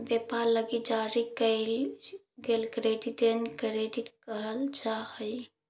व्यापार लगी जारी कईल गेल क्रेडिट के ट्रेड क्रेडिट कहल जा हई